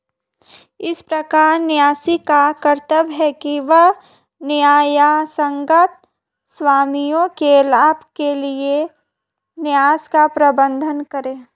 इस प्रकार न्यासी का कर्तव्य है कि वह न्यायसंगत स्वामियों के लाभ के लिए न्यास का प्रबंधन करे